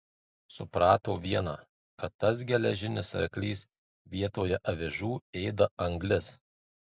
suprato viena kad tas geležinis arklys vietoje avižų ėda anglis